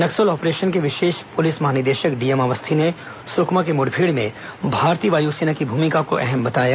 नक्सल operation के विशेष police महानिदेशक डीएम अवस्थी ने सुकमा के मुठभेड़ में भारतीय वायुसेना की भूमिका को अहम बताया